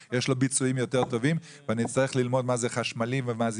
ביצועים יותר טובים ואני אצטרך ללמוד מה זה חשמלי ומה זה